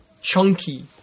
chunky